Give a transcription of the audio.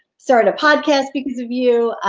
start a podcast because of you,